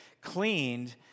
cleaned